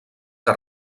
que